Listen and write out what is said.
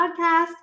podcast